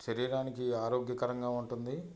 శరీరానికి ఆరోగ్యకరంగా ఉంటుంది